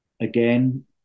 Again